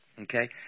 Okay